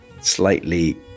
slightly